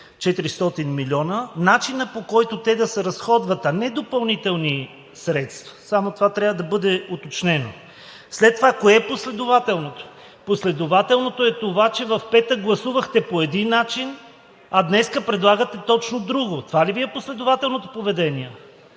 400 милиона, начинът, по който те да се разходват, а не допълнителни средства. Само това трябва да бъде уточнено! След това кое е последователно? Последователното е това, че в петък гласувахте по един начин, а днес предлагате точно друго. Това ли Ви е последователното поведение?